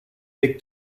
big